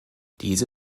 diese